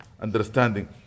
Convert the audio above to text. understanding